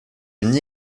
une